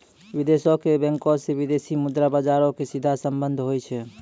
विदेशो के बैंको से विदेशी मुद्रा बजारो के सीधा संबंध होय छै